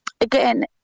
again